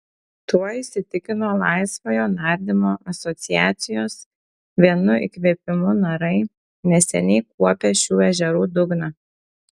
tuo įsitikino laisvojo nardymo asociacijos vienu įkvėpimu narai neseniai kuopę šių ežerų dugną